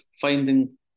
finding